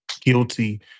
guilty